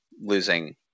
losing